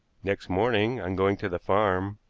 next morning, on going to the farm,